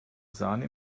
sahne